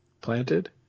planted